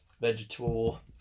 vegetable